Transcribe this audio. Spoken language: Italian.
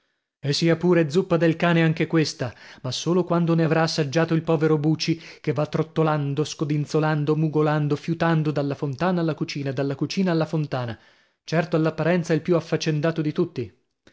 e sia pure zuppa del cane anche questa ma solo quando ne avrà assaggiato il povero buci che va trottolando scodinzolando mugolando fiutando dalla fontana alla cucina dalla cucina alla fontana certo all'apparenza il più affaccendato di tutti